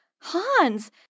Hans